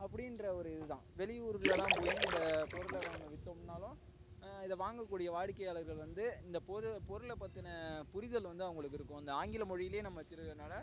அப்படின்ற ஒரு இது தான் வெளியூர்களெல்லாம் போய் இந்த பொருளை நம்ம விற்றோம்னாலும் இதை வாங்க கூடிய வாடிக்கையாளர்கள் வந்து இந்த பொருளை பற்றின புரிதல் வந்து அவங்களுக்கு இருக்கும் இந்த ஆங்கில மொழிலேயே நம்ம வச்சுருக்கதுனால